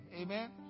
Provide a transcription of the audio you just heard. Amen